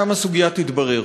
שם הסוגיה תתברר.